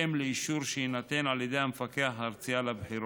בהתאם לאישור שיינתן על ידי המפקח הארצי על הבחירות.